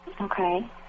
okay